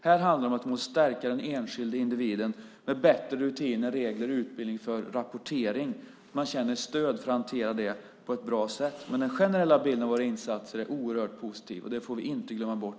Här handlar det om att vi måste stärka den enskilda individen med bättre rutiner, regler och utbildning för rapportering, att man känner stöd för att hantera det på ett bra sätt. Men den generella bilden av våra insatser är oerhört positiv, och det får vi inte glömma bort.